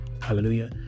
Hallelujah